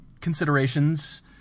considerations